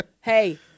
hey